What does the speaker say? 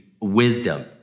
Wisdom